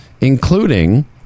including